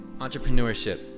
entrepreneurship